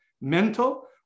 mental